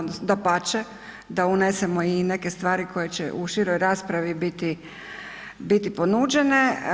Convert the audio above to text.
Dapače, da unesemo i neke stvari koje će u široj raspravi biti ponuđene.